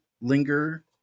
linger